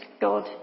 God